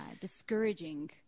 discouraging